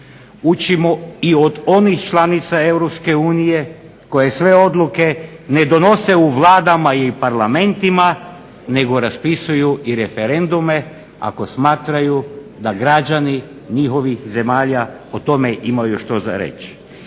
Učimo i od onih članica EU koje sve odluke ne donose u Vladama i parlamentima nego raspisuju i referendume ako smatraju da građani njihovih zemalja o tome imaju što za reći.